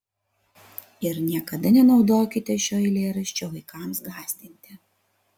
ir niekada nenaudokite šio eilėraščio vaikams gąsdinti